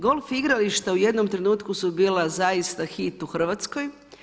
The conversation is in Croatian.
Golf igrališta u jednom trenutku su bila zaista hit u Hrvatskoj.